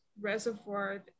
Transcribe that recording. reservoir